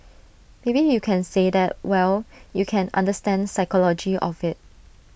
maybe you can say that well you can understand psychology of IT